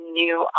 new